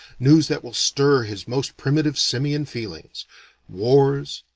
news that will stir his most primitive simian feelings wars,